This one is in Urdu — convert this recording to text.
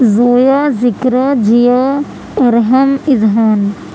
زویا ذکرا جیا ارحم اذہان